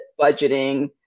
budgeting